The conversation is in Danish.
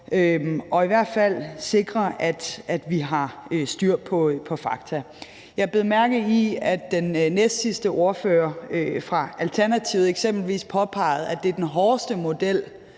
og i hvert fald sikre, at vi har styr på fakta. Jeg bed mærke i, at den næstsidste ordfører fra Alternativet eksempelvis påpegede, at det er den hårdeste model,